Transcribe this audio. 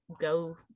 go